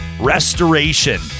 restoration